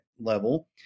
level